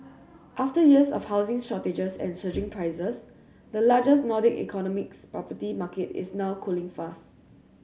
after years of housing shortages and surging prices the largest Nordic economy's property market is now cooling fast